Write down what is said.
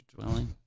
dwelling